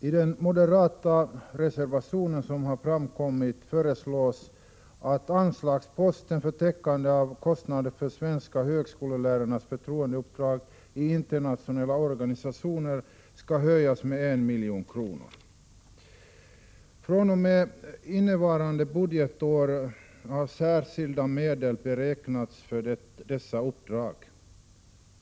I den moderata reservationen föreslås att anslagsposten för Täckande av kostnader för svenska högskolelärares förtroendeuppdrag i internationella organisationer skall höjas med 1 milj.kr. fr.o.m. detta budgetår har särskilda medel avsatts för dessa uppdrag.